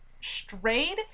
Strayed